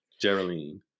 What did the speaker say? Geraldine